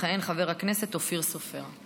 יכהן חבר הכנסת אופיר סופר.